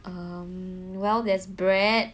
um well there's bread